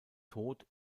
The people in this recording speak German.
tod